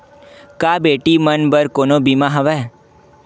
का बेटी मन बर कोनो बीमा हवय?